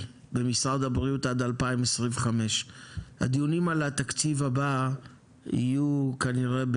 במשרד הבריאות עד 2025. הדיונים על התקציב הבא יהיו כנראה,